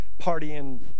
partying